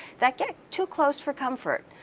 that get too close for comfort.